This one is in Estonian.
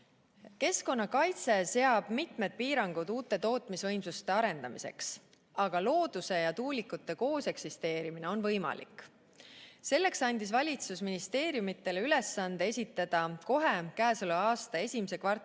keskkonnakaitse seab mitmed piirangud uute tootmisvõimsuste arendamiseks, aga looduse ja tuulikute kooseksisteerimine on võimalik. Selleks andis valitsus ministeeriumidele ülesande esitada kohe käesoleva aasta esimese kvartali